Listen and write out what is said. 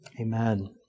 Amen